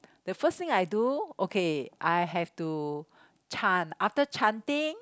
the first thing I do okay I have to chant after chanting